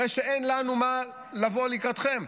הרי שאין לנו מה לבוא לקראתכם.